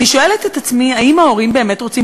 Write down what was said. אני שואלת את עצמי: האם ההורים באמת רוצים